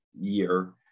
year